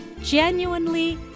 genuinely